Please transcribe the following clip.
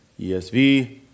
ESV